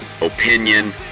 opinion